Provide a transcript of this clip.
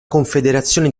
confederazione